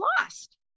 lost